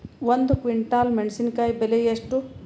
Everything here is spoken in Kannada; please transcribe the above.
ಒಂದು ಕ್ವಿಂಟಾಲ್ ಮೆಣಸಿನಕಾಯಿ ಬೆಲೆ ಎಷ್ಟು?